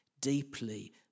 deeply